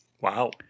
Wow